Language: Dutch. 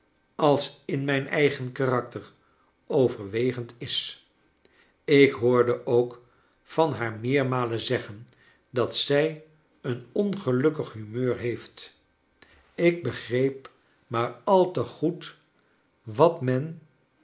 als in mijn eigen karakter overwegend is ik hoorde ook van haar meermalen zeggen dat zij een ongelukkig humeur heeft ik begreep maar al te goed wat men